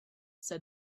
said